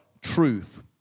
Truth